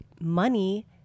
money